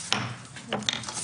הישיבה ננעלה בשעה 12:30.